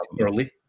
early